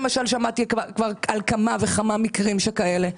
שמעתי כבר על כמה וכמה מקרים כאלה.